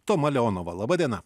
toma leonova laba diena